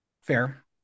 Fair